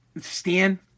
Stan